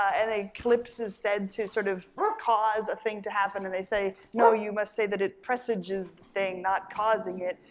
and eclipse is said to sort of cause a thing to happen and they say no you must say that it presages the thing, not causing it,